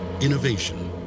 innovation